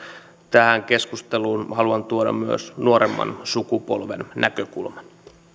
tähän keskusteluun haluan tuoda myös nuoremman sukupolven näkökulman